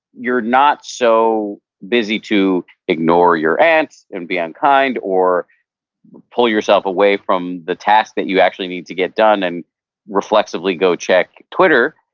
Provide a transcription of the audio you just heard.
you're not so busy to ignore your aunt's and be unkind, or pull yourself away from the task that you actually need to get done, and reflexively go check twitter,